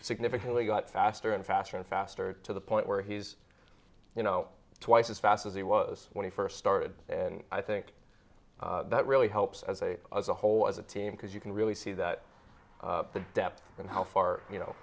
significantly got faster and faster and faster to the point where he's you know twice as fast as he was when he first started and i think that really helps as a as a whole as a team because you can really see that the depth and how far you know